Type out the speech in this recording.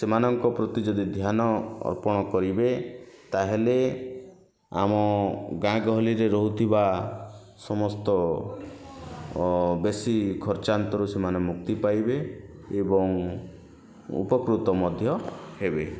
ସେମାନଙ୍କ ପ୍ରତି ଯଦି ଧ୍ୟାନ ଅର୍ପଣ କରିବେ ତା'ହେଲେ ଆମ ଗାଁ ଗହଳିରେ ରହୁଥିବା ସମସ୍ତ ବେଶି ଖର୍ଚ୍ଚାନ୍ତରୁ ସେମାନେ ମୁକ୍ତି ପାଇବେ ଏବଂ ଉପକୃତ ମଧ୍ୟ ହେବେ